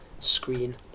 screen